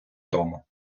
тому